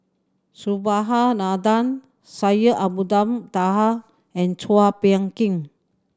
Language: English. Subhas Anandan Syed Abdulrahman Taha and Chua Phung Kim